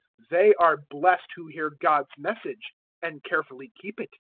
they are blessed who hear god's message and carefully keep it.